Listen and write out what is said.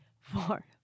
four